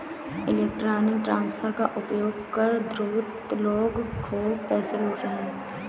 electronic transfer का उपयोग कर धूर्त लोग खूब पैसे लूट रहे हैं